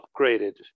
upgraded